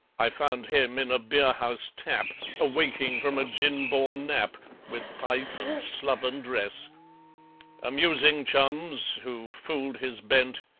i found him in a beerhouse tap awaking from a gin-born nap, with pipe and sloven dress amusing chums, who fooled his bent,